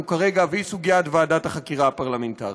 כרגע והיא סוגיית ועדת החקירה הפרלמנטרית.